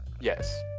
Yes